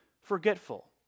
forgetful